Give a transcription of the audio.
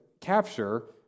capture